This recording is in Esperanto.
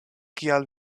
kial